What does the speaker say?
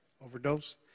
overdose